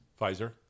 Pfizer